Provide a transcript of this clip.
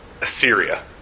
Assyria